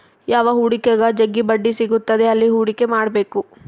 ಯಾವ ಹೂಡಿಕೆಗ ಜಗ್ಗಿ ಬಡ್ಡಿ ಸಿಗುತ್ತದೆ ಅಲ್ಲಿ ಹೂಡಿಕೆ ಮಾಡ್ಬೇಕು